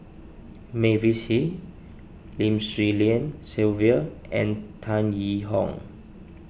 Mavis Hee Lim Swee Lian Sylvia and Tan Yee Hong